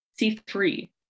C3